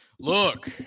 Look